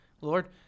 Lord